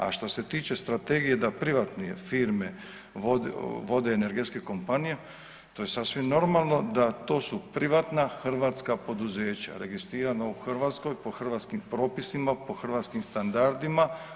A što se tiče strategije da privatne firme vode energetske kompanije to je sasvim normalno da to su privatna hrvatska poduzeća, registrirana u Hrvatskoj, po hrvatskim propisima, po hrvatskim standardima.